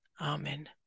Amen